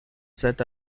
set